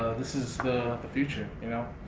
this is the future, you know?